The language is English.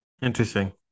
Interesting